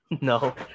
No